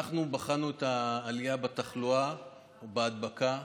בחנו את העלייה בתחלואה ובהדבקה,